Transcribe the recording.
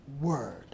word